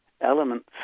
elements